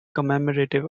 commemorative